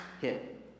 hit